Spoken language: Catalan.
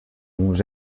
uns